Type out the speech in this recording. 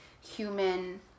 human